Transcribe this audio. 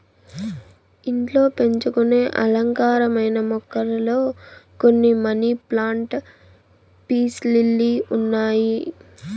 ఇంట్లో పెంచుకొనే అలంకారమైన మొక్కలలో కొన్ని మనీ ప్లాంట్, పీస్ లిల్లీ ఉన్నాయి